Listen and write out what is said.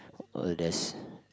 uh there's